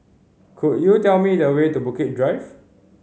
could you tell me the way to Bukit Drive